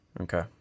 Okay